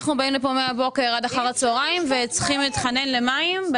אנחנו באים לפה מהבוקר ועד אחר הצוהריים וצריכים להתחנן למים,